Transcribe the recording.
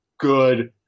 good